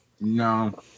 No